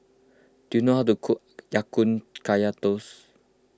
do you know how to cook Ya Kun Kaya Toast